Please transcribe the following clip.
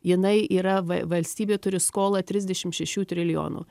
jinai yra v valstybė turi skolą trisdešimt šešių trilijonų